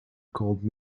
called